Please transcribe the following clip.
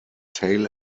tail